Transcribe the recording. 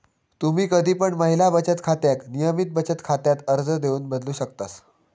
तुम्ही कधी पण महिला बचत खात्याक नियमित बचत खात्यात अर्ज देऊन बदलू शकतास